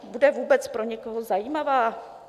Bude vůbec pro někoho zajímavá?